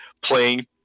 playing